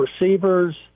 receivers